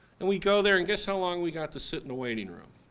and we go there and guess how long we got to sit in the waiting room?